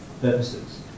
purposes